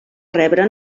rebre